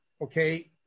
okay